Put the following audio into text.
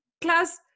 class